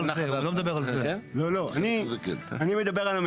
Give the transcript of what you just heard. לא מדבר על זה.